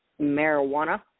marijuana